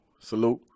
salute